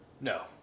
No